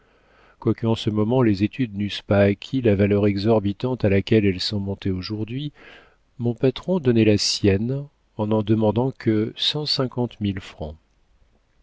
en ce moment les études n'eussent pas acquis la valeur exorbitante à laquelle elles sont montées aujourd'hui mon patron donnait la sienne en n'en demandant que cent cinquante mille francs